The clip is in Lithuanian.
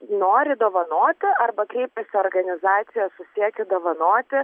nori dovanoti arba kreipiasi į organizaciją su siekiu dovanoti